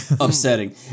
upsetting